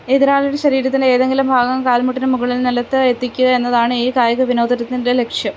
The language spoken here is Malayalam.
എതിരാളിയുടെ ശരീരത്തിൻ്റെ ഏതെങ്കിലും ഭാഗം കാൽമുട്ടിന് മുകളിൽ നിലത്ത് എത്തിക്കുക എന്നതാണ് ഈ കായിക വിനോദത്തിൻ്റെ ലക്ഷ്യം